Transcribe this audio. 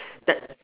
black